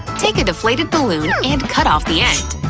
take a deflated balloon and cut off the end.